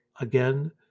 Again